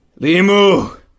Limu